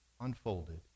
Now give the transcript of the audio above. Unfolded